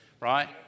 right